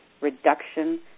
reduction